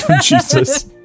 Jesus